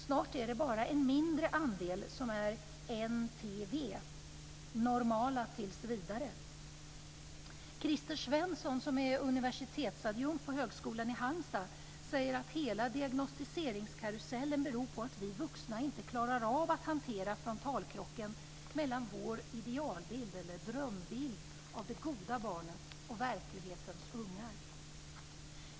Snart är det bara en mindre andel som är NTV - Högskolan i Halmstad säger att hela diagnosticeringskarusellen beror på att vi vuxna inte klarar av att hantera frontalkrocken mellan vår idealbild eller drömbild av det goda barnet och verklighetens ungar.